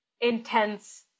intense